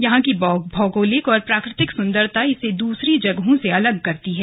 यहां की भौगोलिक और प्राकृतिक सुन्दरता इसे दूसरी जगहों से अलग करती है